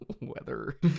weather